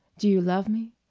do you love me?